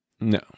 No